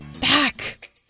Back